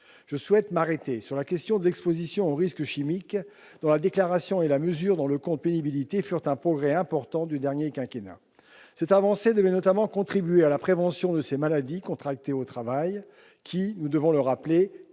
Je souhaite m'arrêter sur la question de l'exposition aux risques chimiques, dont la déclaration et la mesure dans le compte pénibilité furent un progrès important du dernier quinquennat. « Cette avancée devait notamment contribuer à la prévention de ces maladies contractées au travail, qui, nous devons le rappeler,